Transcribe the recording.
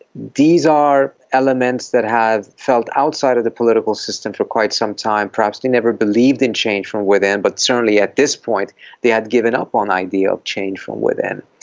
these are elements that have felt outside of the political system for quite some time, perhaps they never believed in change from within but certainly at this point they had given up on the idea of change from within,